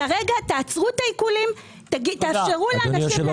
כרגע תעצרו את העיקולים, תאפשרו לאנשים להשיג,